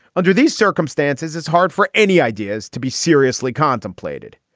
under these circumstances, it's hard for any ideas to be seriously contemplated.